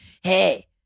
hey